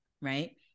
right